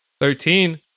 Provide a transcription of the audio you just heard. Thirteen